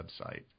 website